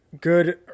good